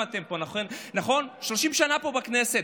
כמה אתם, 30 שנה פה בכנסת?